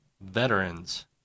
veterans